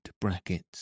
brackets